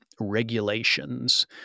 regulations